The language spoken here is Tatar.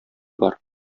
бар